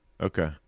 Okay